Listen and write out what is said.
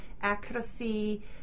accuracy